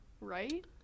Right